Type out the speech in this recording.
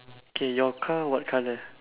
okay your car what colour